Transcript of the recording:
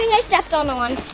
think i stepped on a one.